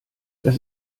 das